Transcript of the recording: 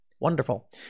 Wonderful